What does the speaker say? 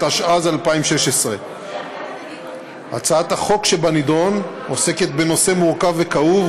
התשע"ז 2016. הצעת החוק שבנדון עוסקת בנושא מורכב וכאוב,